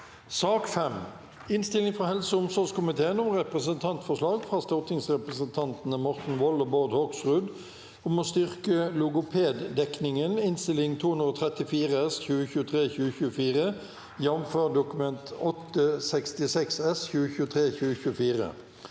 Innstilling fra helse- og omsorgskomiteen om Repre- sentantforslag fra stortingsrepresentantene Morten Wold og Bård Hoksrud om å styrke logopeddekningen (Innst. 234 S (2023–2024), jf. Dokument 8:66 S (2023– 2024))